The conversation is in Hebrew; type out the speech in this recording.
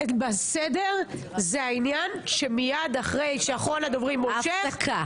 -- בסדר זה העניין שמיד אחרי שאחרון הדוברים מושך --- ההפסקה.